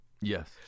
Yes